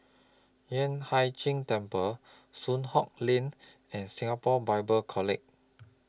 Yueh Hai Ching Temple Soon Hock Lane and Singapore Bible College